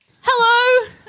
Hello